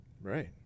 Right